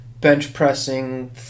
bench-pressing